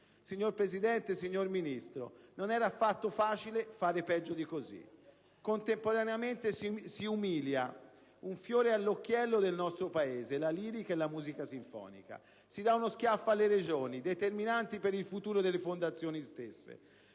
Signora Presidente, signor Ministro, non era affatto facile fare peggio di così. Contemporaneamente, si umilia un fiore all'occhiello del nostro Paese, la lirica e la musica sinfonica. Si dà uno schiaffo alle Regioni, determinanti per il futuro delle fondazioni stesse.